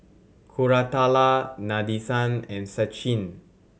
Koratala Nadesan and Sachin